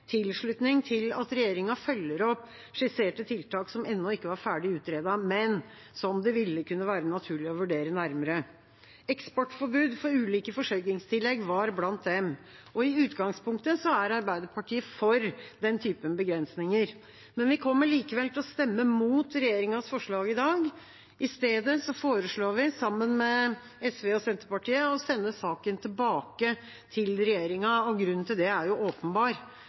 tilslutning til at regjeringa følger opp skisserte tiltak som ennå ikke er ferdig utredet, men som det vil kunne være naturlig å vurdere nærmere. Eksportforbud for ulike forsørgingstillegg var blant dem. I utgangspunktet er Arbeiderpartiet for slike begrensninger, men vi kommer likevel til å stemme mot regjeringas forslag i dag. I stedet foreslår vi, sammen med SV og Senterpartiet, å sende saken tilbake til regjeringa, og grunnen til det er åpenbar.